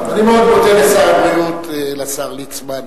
אני מאוד מודה לשר הבריאות, לשר ליצמן.